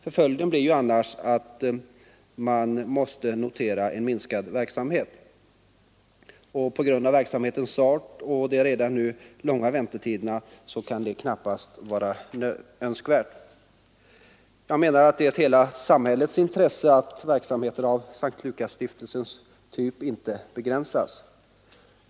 Följden blir annars att stiftelsen måste notera en minskad verksamhet. På grund av verksamhetens art och de redan nu långa väntetiderna kan en minskning knappast vara försvarbar. Det ligger i hela samhällets intresse att verksamheter av S:t Lukasstiftelsens typ inte begränsas.